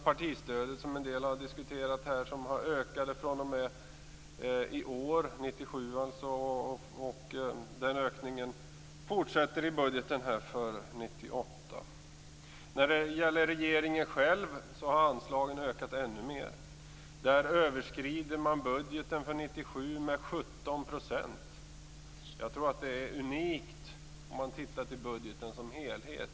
Partistödet har ökat för 1997, och den ökningen fortsätter i budgeten för 1998. Anslagen för regeringen har ökat ännu mer. Där överskrids budgeten för 1997 med 17 %. Jag tror att det är unikt i budgeten som helhet.